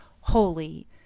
holy